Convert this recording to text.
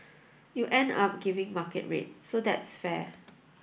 you end up giving market rate so that's fair